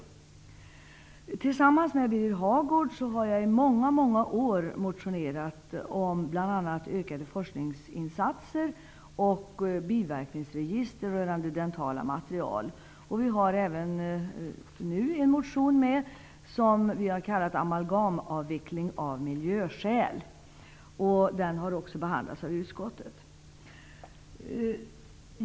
Jag har tillsammans med Birger Hagård i många år motionerat om bl.a. ökade forskningsinsatser och biverkningsregister rörande dentala material. Vi har även i år väckt en motion, om amalgamavveckling av miljöskäl, som har behandlats av utskottet.